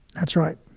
that's right.